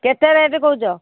କେତେ ରେଟ୍ କହୁଛ